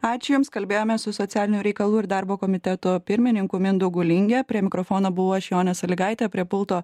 ačiū jums kalbėjomės su socialinių reikalų ir darbo komiteto pirmininku mindaugu linge prie mikrofono buvau aš jonė salygaitė o prie pulto